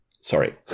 Sorry